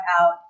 out